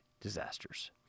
disasters